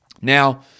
Now